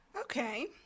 Okay